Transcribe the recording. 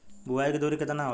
बुआई के दूरी केतना होला?